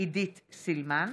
עידית סילמן,